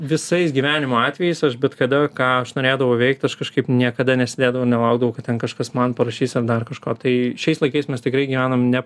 visais gyvenimo atvejais aš bet kada ką aš norėdavau veikt aš kažkaip niekada nesėdėdavau nelaukdavau kad ten kažkas man parašys ar dar kažko tai šiais laikais mes tikrai gyvenam ne